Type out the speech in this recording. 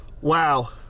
Wow